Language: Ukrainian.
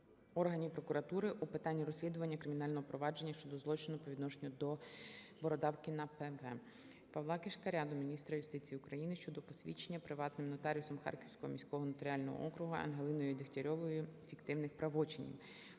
органів прокуратури у питанні розслідування кримінального провадження щодо злочину по відношенню до Бородавкіна П.В. Павла Кишкаря до міністра юстиції України щодо посвідчення приватним нотаріусом Харківського міського нотаріального округу Ангелиною Дєгтярьовою фіктивних правочинів.